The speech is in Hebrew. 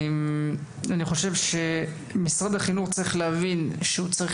אני חושב שמשרד החינוך צריך להבין שהוא צריך